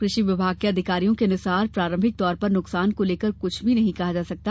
कृषि विभाग के अधिकारियों के अनुसार प्रारंभिक तौर पर नुकसान को लेकर कुछ भी नहीं कहा जा सकता